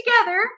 together